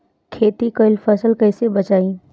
खेती कईल फसल कैसे बचाई?